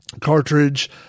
Cartridge